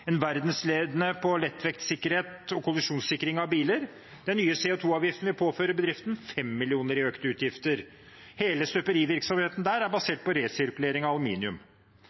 Raufoss, verdensledende på lettvekt, sikkerhet og kollisjonssikring av biler, vil den nye CO 2 -avgiften påføre bedriften 5 mill. kr i økte utgifter. Hele støperivirksomheten der er basert på resirkulering av aluminium.